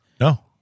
No